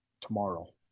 tomorrow